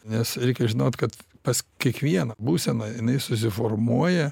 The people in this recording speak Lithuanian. nes reikia žinot kad pas kiekvieną būsena jinai susiformuoja